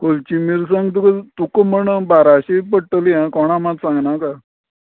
खोलची मिरसांग तुका तुक म्हण बाराशीं पडटली आं कोणा मात सांग नाका